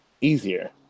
easier